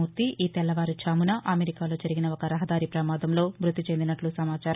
మూర్తి ఈ తెల్లవారుఝామున అమెరికాలో జరిగిన ఒక రహదారి ప్రమాదంలో మృతి చెందినట్లు సమాచారం